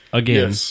again